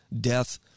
death